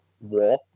war